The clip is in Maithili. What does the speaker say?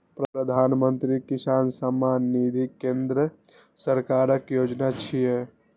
प्रधानमंत्री किसान सम्मान निधि केंद्र सरकारक योजना छियै